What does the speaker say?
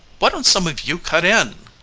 why don't some of you cut in?